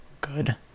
good